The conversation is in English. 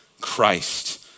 Christ